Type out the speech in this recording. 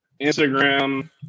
Instagram